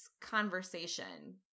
conversation